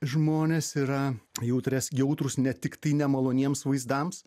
žmonės yra jautrias jautrūs ne tiktai nemaloniems vaizdams